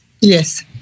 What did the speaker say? Yes